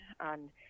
on